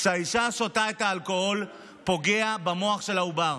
כשהאישה שותה את האלכוהול, זה פוגע במוח של העובר.